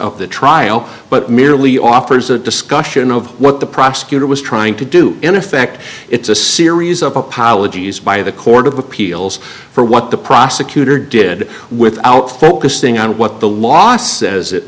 of the trial but merely offers a discussion of what the prosecutor was trying to do in effect it's a series of apologies by the court of appeals for what the prosecutor did without focusing on what the law says it